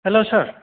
hello sir